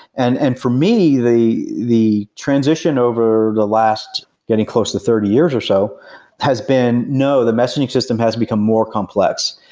and and for me, the the transition over the last getting close to thirty years or so has been no, the messaging system has become more complex.